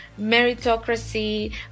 meritocracy